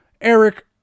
Eric